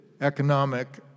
economic